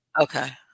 Okay